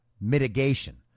mitigation